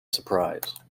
surprise